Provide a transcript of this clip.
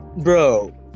bro